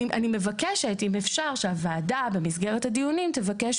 אני מבקשת אם אפשר שהוועדה במסגרת הדיונים תבקש